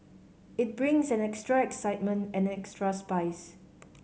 it brings an extra excitement and an extra spice